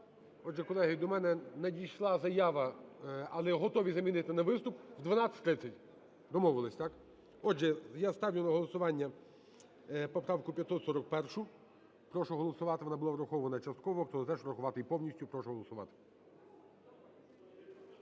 Отже, колеги, до мене надійшла заява, але готові замінити на виступ в 12:30. Домовились, так? Отже, я ставлю на голосування поправку 541. Прошу голосувати. Вона була врахована частково. Хто за те, щоб її врахувати повністю, прошу голосувати.